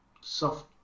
soft